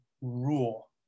rule